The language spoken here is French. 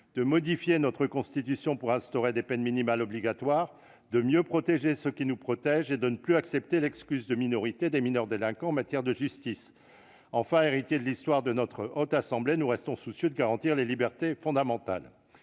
de modifier la Constitution pour instaurer des peines minimales obligatoires, de mieux protéger ceux qui nous protègent et de ne plus accepter l'excuse de minorité des mineurs délinquants devant la justice. Enfin, héritiers de l'histoire de notre Haute Assemblée, nous restons soucieux de garantir les libertés fondamentales.